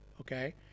Okay